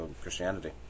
Christianity